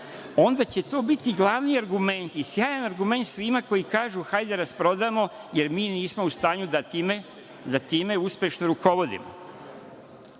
onda će to biti glavni argumenti, sjajan argument svima koji kažu – hajde da rasprodamo jer mi nismo u stanju da time uspešno rukovodimo.